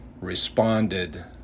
responded